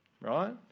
right